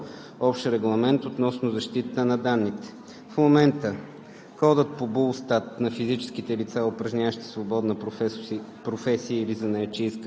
и относно свободното движение на такива данни и за отмяна на Директива 95/46/EО (Общ регламент относно защитата на данните).